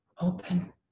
open